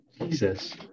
jesus